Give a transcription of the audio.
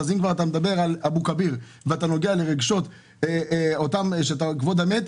אז אם כבר אתה מדבר על אבו כביר ואתה נוגע לרגשות כבוד המת,